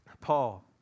Paul